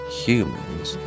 humans